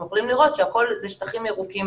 אתם יכולים לראות שבאמצע הכול שטחים ירוקים.